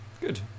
Good